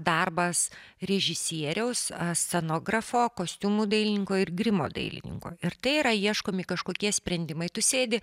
darbas režisieriaus scenografo kostiumų dailininko ir grimo dailininko ir tai yra ieškomi kažkokie sprendimai tu sėdi